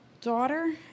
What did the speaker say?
daughter